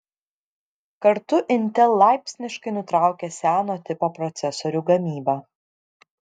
kartu intel laipsniškai nutraukia seno tipo procesorių gamybą